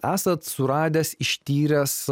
esat suradęs ištyręs